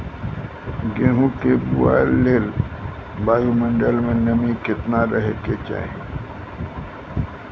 गेहूँ के बुआई लेल वायु मंडल मे नमी केतना रहे के चाहि?